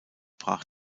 brach